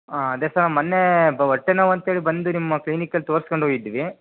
ಹಾಂ ಅದೇ ಸರ್ ಮೊನ್ನೆ ಹೊಟ್ಟೆ ನೋವಂತೇಳಿ ಬಂದು ನಿಮ್ಮ ಕ್ಲಿನಿಕಲ್ಲಿ ತೋರ್ಸಕೊಂಡೋಗಿದ್ವಿ